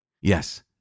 Yes